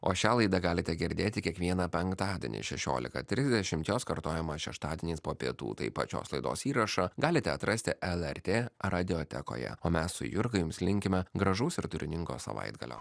o šią laidą galite girdėti kiekvieną penktadienį šešiolika trisdešimt jos kartojimas šeštadieniais po pietų tai pat šios laidos įrašą galite atrasti lrt radiotekoje o mes su jurga jums linkime gražaus ir turiningo savaitgalio